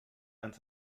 and